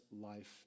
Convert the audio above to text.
life